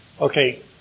Okay